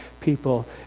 people